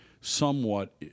somewhat